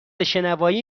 شنوایی